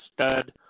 stud